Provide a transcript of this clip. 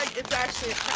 it's actually a